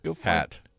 hat